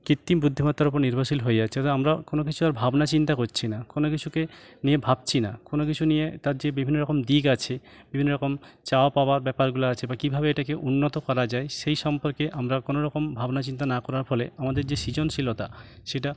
কৃত্রিম বুদ্ধিমত্তার ওপর নির্ভরশীল হয়ে যাচ্ছে আমরাও কোনো কিছু আর ভাবনা চিন্তা করছি না কোনো কিছুকে নিয়ে ভাবছি না কোনো কিছু নিয়ে তার যে বিভিন্ন রকম দিক আছে বিভিন্ন রকম চাওয়া পাওয়ার ব্যাপারগুলো আছে বা কীভাবে এটাকে উন্নত করা যায় সেই সম্পর্কে আমরা কোনো রকম ভাবনা চিন্তা না করার ফলে আমাদের যে সৃজনশীলতা সেটা